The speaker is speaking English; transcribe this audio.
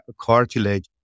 cartilage